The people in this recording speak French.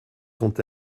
sont